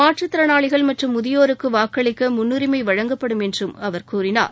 மாற்றுத் திறனாளிகள் மற்றும் முதியோருக்குவாக்களிக்கமுன்னுரிமைவழங்கப்படும் என்றுகூறினார்